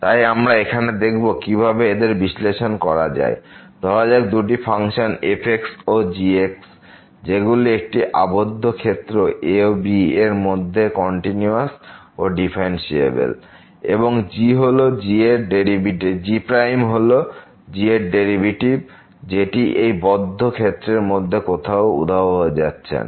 তাই আমরা এখন দেখব কিভাবে এদের বিশ্লেষণ করা যায় ধরা যাক দুটি ফাংশন আছে f ও g যেগুলি একটি আবদ্ধ ক্ষেত্র ab র মধ্যে কন্টিনিউয়াস এবং ডিফারেন্সিএবেল এবং g' হল g এর ডেরিভেটিভ যেটি এই বদ্ধ ক্ষেত্রের closed iচnterval মধ্যে কোথাও উধাও হচ্ছে না